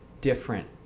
different